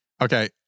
Okay